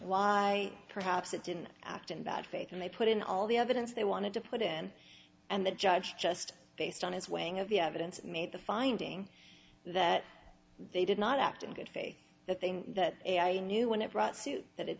why perhaps it didn't act in bad faith and they put in all the evidence they wanted to put in and the judge just based on his weighing of the evidence made the finding that they did not act in good faith the thing that i knew when it brought suit that it